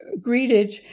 greeted